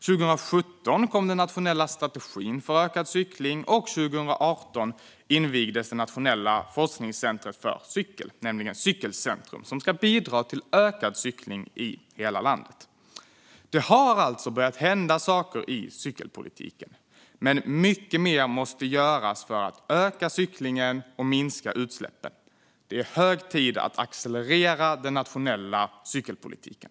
År 2017 kom den nationella strategin för ökad cykling, och år 2018 invigdes det nationella forskningscentret för cykel, Cykelcentrum, som ska bidra till ökad cykling i hela landet. Det har alltså börjat hända saker i cykelpolitiken. Men mycket mer måste göras för att öka cyklingen och minska utsläppen. Det är hög till att accelerera den nationella cykelpolitiken.